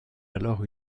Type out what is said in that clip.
alors